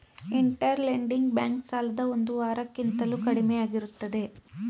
inter lending bank ಸಾಲದ ಒಂದು ವಾರ ಕಿಂತಲೂ ಕಡಿಮೆಯಾಗಿರುತ್ತದೆ